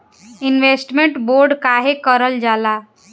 Investment bond काहे कारल जाला?